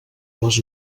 les